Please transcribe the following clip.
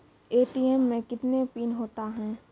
ATM मे कितने PIN होता हैं?